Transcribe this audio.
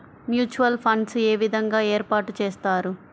Mutual funds ఏ విధంగా ఏర్పాటు చేస్తారు?